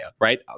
right